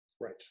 Right